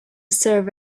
serve